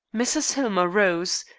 mrs. hillmer rose,